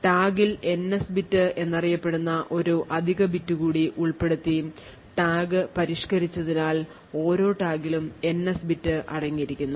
ടാഗിൽ NS bit എന്നറിയപ്പെടുന്ന ഒരു അധിക ബിറ്റ് കൂടി ഉൾപ്പെടുത്തി ടാഗ് പരിഷ്ക്കരിച്ചതിനാൽ ഓരോ ടാഗിലും എൻഎസ് ബിറ്റ് അടങ്ങിയിരിക്കുന്നു